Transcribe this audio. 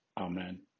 Amen